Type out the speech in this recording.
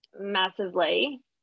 massively